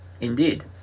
Indeed